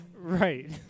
Right